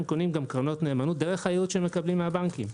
הם קונים גם קרנות נאמנות דרך הייעוץ שהם מקבלים מהבנקים.